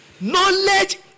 Knowledge